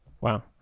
wow